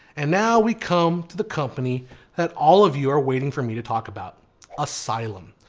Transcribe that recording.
and now we come to the company that all of you are waiting for me to talk about asylum.